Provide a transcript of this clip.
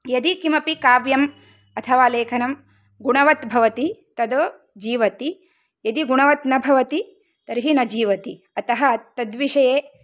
यदि किमपि काव्यम् अथवा लेखनं गुणवत् भवति तद् जीवति यदि गुणवत् न भवति तर्हि न जीवति अतः तद्विषये